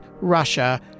Russia